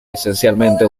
esencialmente